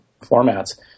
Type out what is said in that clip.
formats